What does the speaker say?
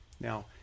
now